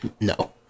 no